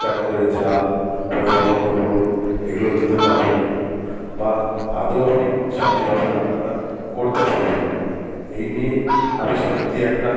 ঠিকঠাক করে ঝাল পরিমাণ মতো হলুদ এগুলো দিতে পারবো কি না বা আদৌ আমি সঠিকভাবে রান্নাটা করতে পারবো কি না এই নিয়ে আমি সত্যি একটা